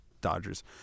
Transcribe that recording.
Dodgers